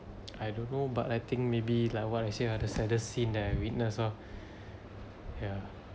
I don't know but I think maybe like what I say ah the saddest scene I had witnessed orh yeah